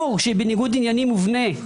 שברור שהיא בניגוד עניינים מובנה,